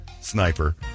sniper